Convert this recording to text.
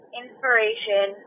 inspiration